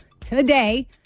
today